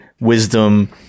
wisdom